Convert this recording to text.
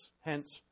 hence